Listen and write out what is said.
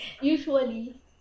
usually